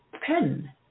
pen